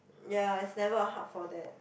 ya is never a hub for that